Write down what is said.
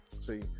see